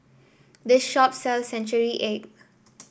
this shop sells Century Egg